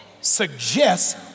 Suggest